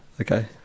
Okay